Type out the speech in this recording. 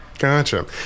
Gotcha